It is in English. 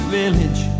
village